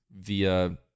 via